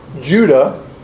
Judah